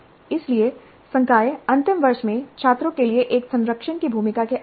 इसलिए संकाय अंतिम वर्ष में छात्रों के लिए एक संरक्षक की भूमिका के आदी हैं